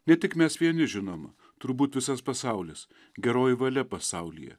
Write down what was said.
ne tik mes vieni žinoma turbūt visas pasaulis geroji valia pasaulyje